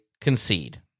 concede